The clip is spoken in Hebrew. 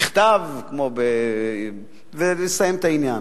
בכתב ולסיים את העניין.